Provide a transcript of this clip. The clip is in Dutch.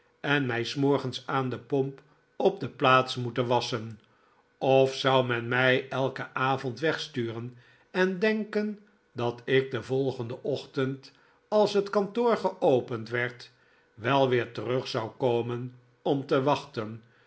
en mij s morgens aan de pomp op de plaats moeten wasschen of zou men mij elken avond wegsturen en denken dat ik den volgenden ochtend als het kantoor geopend werd wel weer terug zou komen om te wachten